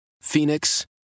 Phoenix